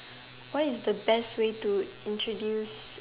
What is the best way to introduce